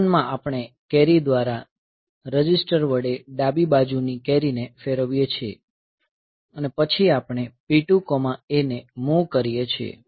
L1 માં આપણે carry દ્વારા રજિસ્ટર વડે ડાબી બાજુની કેરી ફેરવીએ છીએ અને પછી આપણે P2A ને મૂવ કરીએ છીએ